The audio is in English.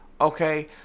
okay